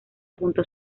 junto